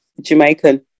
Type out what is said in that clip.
Jamaican